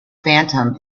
phantom